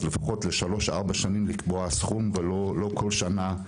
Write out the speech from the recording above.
אז לפחות לשלוש ארבע שנים לקבוע סכום ולא כל שנה.